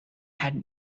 had